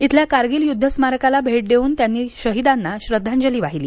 इथल्या कारगिल युद्धस्मारकाला भेट देऊन त्यांनी शहिदांना श्रद्वांजली वाहिली